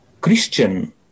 Christian